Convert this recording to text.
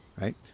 right